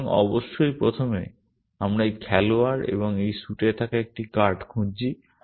সুতরাং অবশ্যই প্রথমে আমরা এই খেলোয়াড় এবং এই স্যুটে থাকা একটি কার্ড খুঁজছি